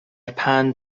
پند